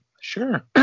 Sure